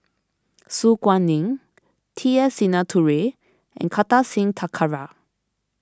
Su Guaning T S Sinnathuray and Kartar Singh Thakral